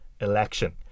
election